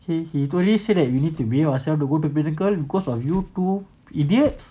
K he totally say that we need to behave ourselves the go to miracle because of you two idiots